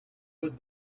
would